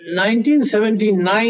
1979